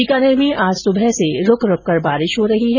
बीकानेर में आज सुबह से रूकरूक कर बारिश हो रही है